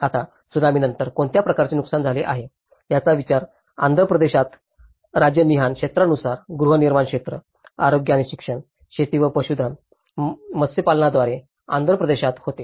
आता त्सुनामीनंतर कोणत्या प्रकारचे नुकसान झाले आहे याचा विचार आंध्र प्रदेशात राज्यनिहाय क्षेत्रानुसार गृहनिर्माण क्षेत्र आरोग्य आणि शिक्षण शेती व पशुधन मत्स्यपालनाद्वारे आंध्र प्रदेशात होतो